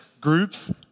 groups